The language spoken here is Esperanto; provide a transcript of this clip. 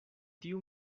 tiu